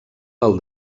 del